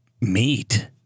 meat